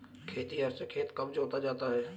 खेतिहर से खेत कब जोता जाता है?